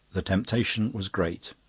the temptation was great.